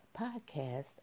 podcast